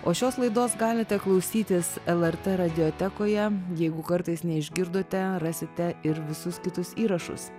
o šios laidos galite klausytis lrt radiotekoje jeigu kartais neišgirdote rasite ir visus kitus įrašus